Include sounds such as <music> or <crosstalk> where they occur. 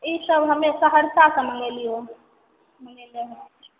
इसब हमे सहरसा से मंगेलिए <unintelligible>